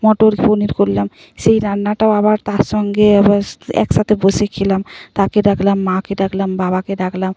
মটর পনির করলাম সেই রান্নাটাও আবার তার সঙ্গে আবার এক সাথে বসে খেলাম তাকে ডাকলাম মাকে ডাকলাম বাবাকে ডাকলাম